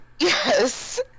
Yes